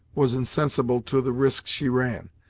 was insensible to the risk she ran,